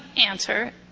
answer